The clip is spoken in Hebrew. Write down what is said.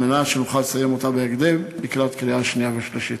כדי שנוכל לסיים אותה בהקדם לקראת קריאה שנייה ושלישית.